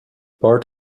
part